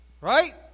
Right